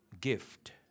gift